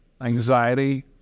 anxiety